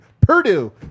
Purdue